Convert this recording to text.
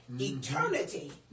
Eternity